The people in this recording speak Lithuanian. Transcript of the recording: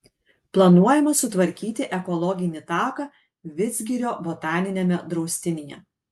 planuojama sutvarkyti ekologinį taką vidzgirio botaniniame draustinyje